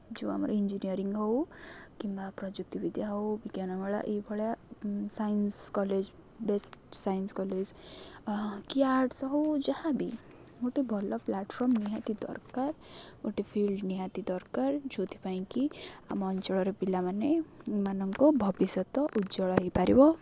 ଯେଉଁ ଆମର ଇଞ୍ଜିନିୟରିଂ ହେଉ କିମ୍ବା ପ୍ରଯୁକ୍ତି ବିିଦ୍ୟା ଏଉ ବିଜ୍ଞାନ ମେଳା ଏହିଭଳିଆ science college best science college କି ଆର୍ଟ୍ସ ହେଉ ଯାହା ବିି ଗୋଟେ ଭଲ ପ୍ଲାଟ୍ଫର୍ମ୍ ନିହାତି ଦରକାର ଗୋଟେ ଫିଲ୍ଡ୍ ନିହାତି ଦରକାର ଯେଉଁଥିପାଇଁ କିି ଆମ ଅଞ୍ଚଳର ପିଲାମାନେମାନଙ୍କ ଭବିଷ୍ୟତ ଉଜ୍ଜଳ ହୋଇପାରିବ